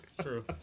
True